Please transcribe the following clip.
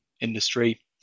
industry